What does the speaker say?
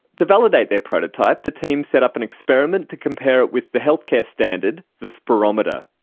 to validate their prototype the team set up an experiment to compare it with the healthcare standard, the spirometer.